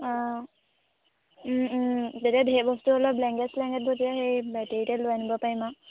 অঁ তেতিয়া ঢেৰ বস্তু হ'লেও ব্লেংকেট চলেংকেটবোৰ তেতিয়া সেই বেটেৰীতে লৈ আনিব পাৰিম আৰু